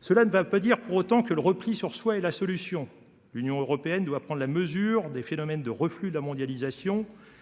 Cela ne va pas dire pour autant que le repli sur soi et la solution. L'Union européenne doit prendre la mesure des phénomènes de reflux, la mondialisation.